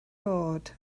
bod